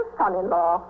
son-in-law